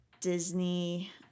Disney